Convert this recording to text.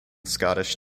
scottish